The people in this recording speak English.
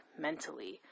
mentally